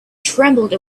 trembled